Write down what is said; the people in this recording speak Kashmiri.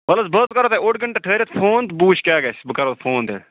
وَلہٕ حظ بہٕ حظ کَرہو تۄہہِ اوٚڑ گَنٛٹہٕ ٹھہرِتھ فون بہٕ وُچھٕ کیٛاہ گژھِ بہٕ کَرہو فون تیٚلہِ